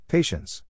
Patience